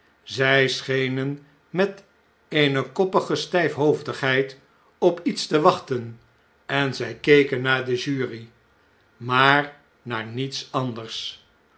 zjj schenen met eene koppige stjjfhoofdigheid op iets te wachten en zjj keken naar de jury maar naar niets anders